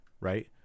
right